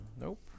Nope